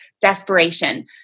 desperation